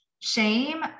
Shame